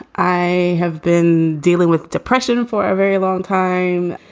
i have been dealing with depression for a very long time.